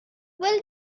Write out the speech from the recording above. will